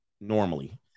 normally